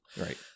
Right